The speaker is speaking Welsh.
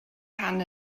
rhan